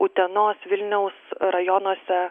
utenos vilniaus rajonuose